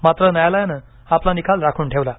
मात्र न्यायालयानं आपला निकाल राखून ठेवला आहे